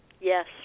Yes